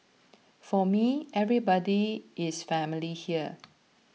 for me everybody is family here